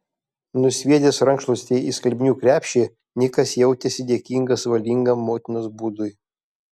nusviedęs rankšluostį į skalbinių krepšį nikas jautėsi dėkingas valingam motinos būdui